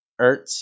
Ertz